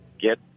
get